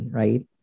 right